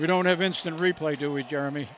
we don't have instant replay do we jeremy